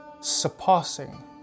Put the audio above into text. surpassing